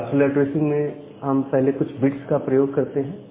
classful addressing में हम पहले कुछ बिट्स का प्रयोग करते हैं